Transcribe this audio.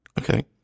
Okay